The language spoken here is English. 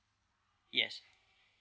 yes